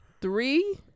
Three